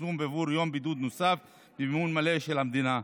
לתשלום בעבור יום בידוד נוסף במימון מלא של המדינה,